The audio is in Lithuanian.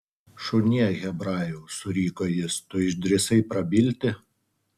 šunie hebrajau suriko jis tu išdrįsai prabilti